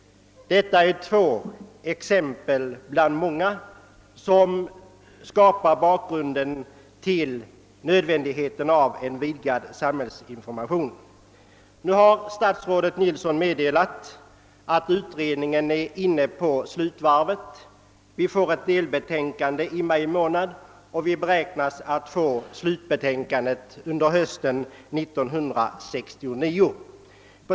Detta är två exempel bland många som tydligt visar nödvändigheten av en vidgad samhällsinformation. Nu har statsrådet Nilsson meddelat att informationsutredningen är inne på slutvarvet. Vi får ett delbetänkande i maj månad och slutbetänkandet beräknas ligga färdigt under hösten 1969.